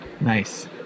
Nice